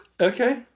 Okay